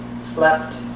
Slept